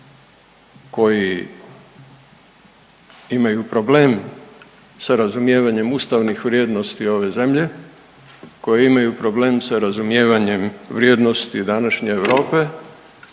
koji imaju problem sa razumijevanjem ustavnih vrijednosti ove zemlje, koji imaju problem sa razumijevanjem vrijednosti današnje Europe